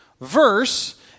verse